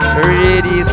Ready